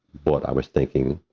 what i was thinking,